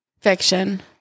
Fiction